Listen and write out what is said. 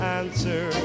answer